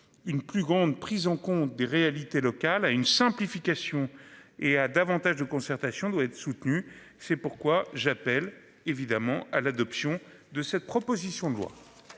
Une plus grande prise en compte des réalités locales à une simplification et à davantage de concertation doit être. C'est pourquoi j'appelle évidemment à l'adoption de cette proposition de loi.